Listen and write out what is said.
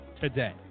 today